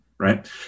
Right